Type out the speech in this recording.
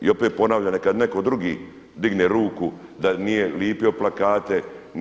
I opet ponavljam neka netko drugi digne ruku da nije lijepio plakate.